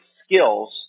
skills